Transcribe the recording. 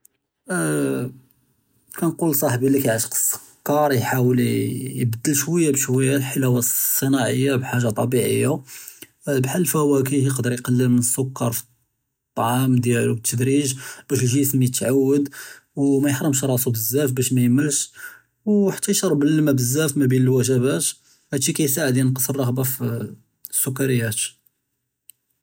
כַּאנְגוּל לְצַאחְבִּי לִי כַּיְעְשֶׁק אֶסְסְכַּּר יְבַּדַּל שְׁוַי בְּשְׁוַי אֶלְחְלָאוָה אֶלְצִּנָאעִיָה בִּחָאגָ'ה טַבִּיעִיָה בְּחָאל אֶלְפוָואקֵּה, יְקְדַּר יְקַלְּל מִן אֶסְסְכַּּר פִּי טְעַאם דִּיַאלוּ בִּתְדְרִיג בָּאש אֶלְגִ'סְם יִתְעַוֵד וּמָא יְחְרֶםְשׁ רַאסוּ בְּזַאף בָּאש מַאיְמֶלְשׁ, וְחַתָּא יִשְׁרְבּ אֶלְמָא בְּזַאף מַאבֵּין אֶלוּגְ'בַּאת, הָד אֶשִּי כַּיְסַאעֵד יְנַקְּס אֶלְרְעְ'בָּה פִי אֶסְסֻכַּּרִיַּאת.